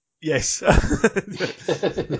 Yes